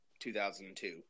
2002